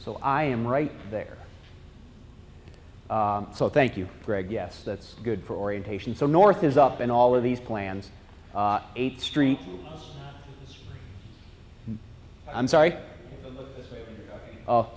so i am right there so thank you greg yes that's good for orientation so north is up and all of these plans eight street i'm sorry